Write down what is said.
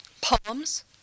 poems